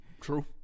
True